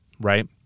right